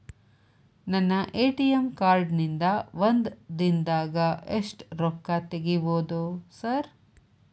ನನ್ನ ATM card ನಿಂದಾ ಒಂದ್ ದಿಂದಾಗ ಎಷ್ಟ ರೊಕ್ಕಾ ತೆಗಿಬೋದು ಸಾರ್?